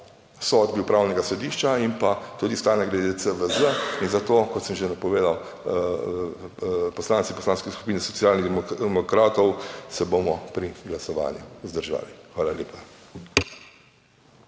sodbi Upravnega sodišča in pa tudi stanja glede CVZ, in zato kot sem že napovedal poslanci Poslanske skupine Socialnih demokratov se bomo pri glasovanju vzdržali. Hvala lepa.